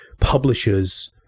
publishers